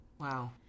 Wow